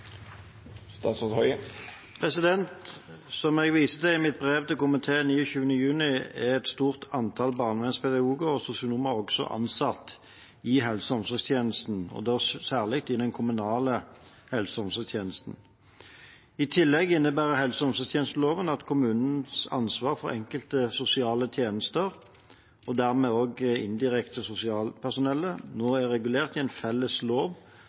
Som jeg viste til i mitt brev til komiteen 29. juni, er et stort antall barnevernspedagoger og sosionomer også ansatt i helse- og omsorgstjenesten, og da særlig i den kommunale helse- og omsorgstjenesten. I tillegg innebærer helse- og omsorgstjenesteloven at kommunens ansvar for enkelte sosiale tjenester, og dermed også indirekte sosialpersonellet, nå er regulert i en felles lov